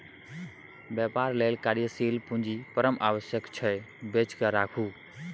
बेपार लेल कार्यशील पूंजी परम आवश्यक छै बचाकेँ राखू